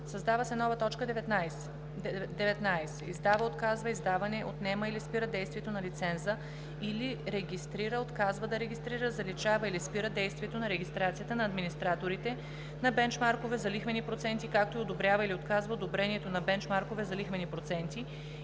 създава се нова т. 19: „19. издава, отказва издаване, отнема или спира действието на лиценза или регистрира, отказва да регистрира, заличава или спира действието на регистрацията на администраторите на бенчмаркове за лихвени проценти, както и одобрява или отказва одобрението на бенчмаркове за лихвени проценти,